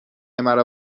مرا